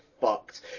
fucked